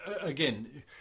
again